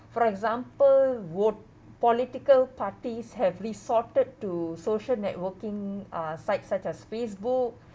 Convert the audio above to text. for example political parties have resorted to social networking uh sites such as Facebook